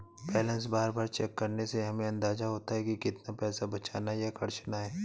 balance बार बार check करने से हमे अंदाज़ा होता है की कितना पैसा बचाना या खर्चना है